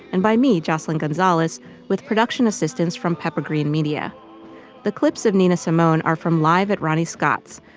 and by me, jocelyn gonzalez with production assistance from pepper green media the clips of nina salmon are from live at ronnie scotts,